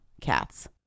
cats